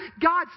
God